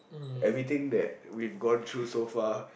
everything that we've gone through so far